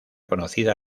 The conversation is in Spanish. conocida